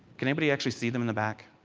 can anybody actually see them in the back.